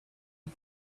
eat